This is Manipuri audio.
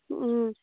ꯎꯝ